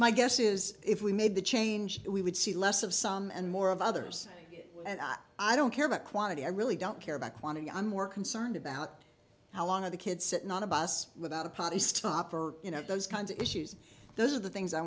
my guess is if we made the change we would see less of some and more of others i don't care about quantity i really don't care about quantity i'm more concerned about how long are the kids sitting on a bus without a potty stop or you know those kinds of issues those are the things i